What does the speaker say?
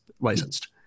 licensed